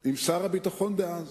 עם שר הביטחון דאז